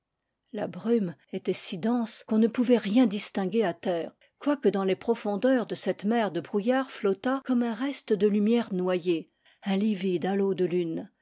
la brume était si dense qu'on ne pouvait rien distinguer à terre quoique dans les profondeurs de cette mer de brouil lard flottât comme un reste de lumière noyée un livide halo de lune